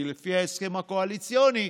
כי לפי ההסכם הקואליציוני,